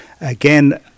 again